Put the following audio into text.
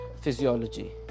physiology